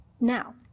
Now